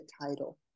title